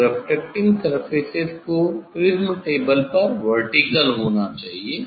इन refracting surface को prism table पर vertical होना चाहिए